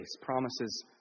Promises